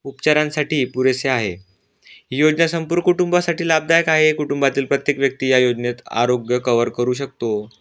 उपचारांसाठी पुरेसे आहे ही योजना संपूर्ण कुटुंबासाठी लाभदायक आहे कुटुंबातील प्रत्येक व्यक्ती या योजनेत आरोग्य कवर करू शकतो